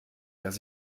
dass